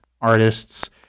artists